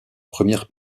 première